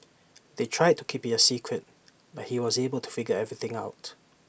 they tried to keep IT A secret but he was able to figure everything out